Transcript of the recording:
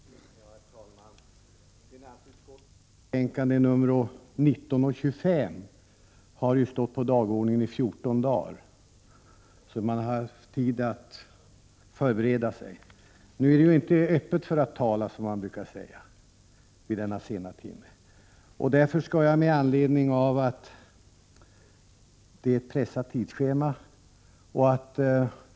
Herr talman! Finansutskottets betänkanden 19 och 25 har stått på dagordningen i 14 dagar, så man har haft tid att förbereda sig. Nu är det inte öppet för att tala, som man brukar säga vid denna sena timme.